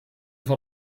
van